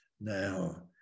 now